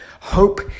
Hope